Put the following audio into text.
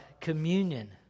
communion